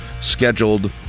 scheduled